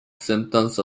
symptoms